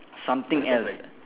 something else